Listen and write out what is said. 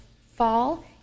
fall